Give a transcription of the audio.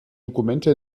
dokumente